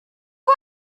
out